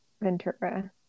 Ventura